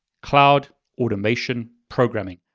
cloud automation programming.